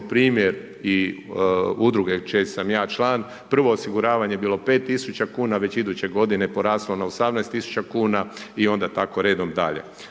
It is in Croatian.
primjer i Udruge čiji sam ja član, prvo osiguravanje je bilo 5 tisuća kuna, već iduće godine poraslo na 18 tisuća kuna i onda tako redom dalje.